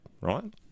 right